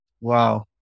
wow